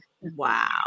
Wow